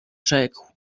rzekł